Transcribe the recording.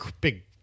big